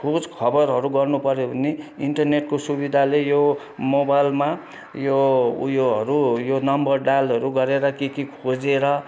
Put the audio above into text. खोज खबरहरू गर्नु पर्यो भने इन्टरनेटको सुविधाले यो मोबाइलमा यो ऊ योहरू यो नम्बर डायलहरू गरेर के के खोजेर सबै कुरो